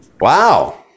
Wow